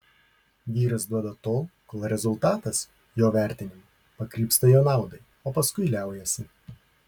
vyras duoda tol kol rezultatas jo vertinimu pakrypsta jo naudai o paskui liaujasi